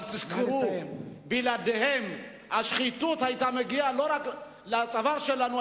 אבל תזכרו: בלעדיהם השחיתות היתה מגיעה לא רק לצוואר שלנו,